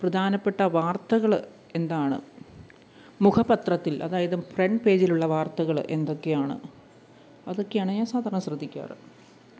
പ്രധാനപ്പെട്ട വാർത്തകള് എന്താണ് മുഖപത്രത്തിൽ അതായത് ഫ്രണ്ട് പേജിലുള്ള വാർത്തകള് എന്തൊക്കെയാണ് അതൊക്കെയാണ് ഞാൻ സാധാരണ ശ്രദ്ധിക്കാറ്